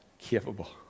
capable